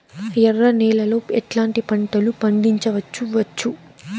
ఎర్ర నేలలో ఎట్లాంటి పంట లు పండించవచ్చు వచ్చు?